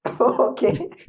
Okay